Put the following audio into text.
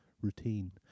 routine